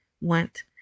want